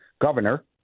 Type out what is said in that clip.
governor